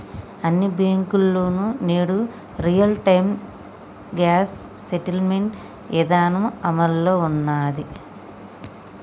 అన్ని బ్యేంకుల్లోనూ నేడు రియల్ టైం గ్రాస్ సెటిల్మెంట్ ఇదానం అమల్లో ఉన్నాది